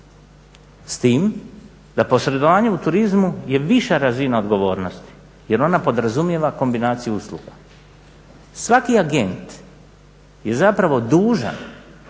s tim da posredovanje u turizmu je viša razina odgovornosti jer ona podrazumijeva kombinaciju usluga. Svaki agent je zapravo dužan prodajući